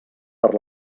per